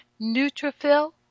neutrophil